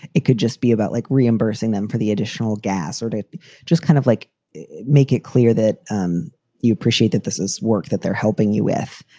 it could just be about like reimbursing them for the additional gas or they just kind of like make it clear that um you appreciate that this is work that they're helping you with.